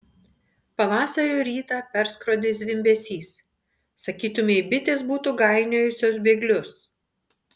pavasario rytą perskrodė zvimbesys sakytumei bitės būtų gainiojusios bėglius